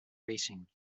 racing